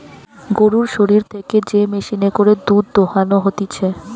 গরুর শরীর থেকে যে মেশিনে করে দুধ দোহানো হতিছে